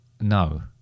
No